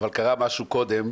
אבל קרה משהו קודם.